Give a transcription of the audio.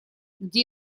где